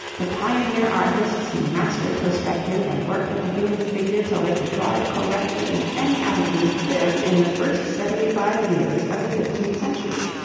the pioneer artists who mastered perspective and worked at the human figure till they could draw it correctly in any attitude, lived in the first seventy-five years of the fifteenth century.